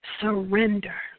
Surrender